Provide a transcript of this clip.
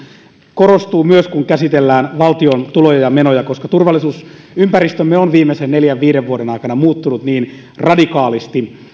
korostuu myös kun käsitellään valtion tuloja ja menoja koska turvallisuusympäristömme on viimeisen neljän viiden vuoden aikana muuttunut niin radikaalisti